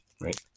right